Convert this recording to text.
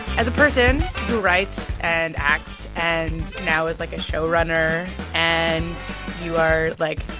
as a person who writes and acts and now is, like, a showrunner and you are, like,